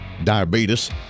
Diabetes